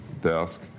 desk